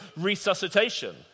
resuscitation